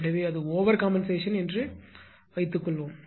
எனவே அது over compensation என்று வைத்துக்கொள்வோம்